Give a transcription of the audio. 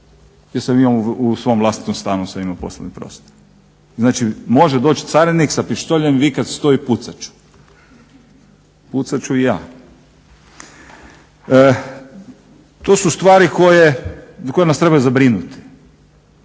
jer sam imao u svom vlastitom stanu sam imao poslovni prostor. Znači može doći carinik sa pištoljem i vikati stoj pucat ću. Pucat ću i ja. Tu su stvari koje nas trebaju zabrinuti,